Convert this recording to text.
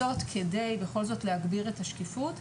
כדי להגביר את השקיפות,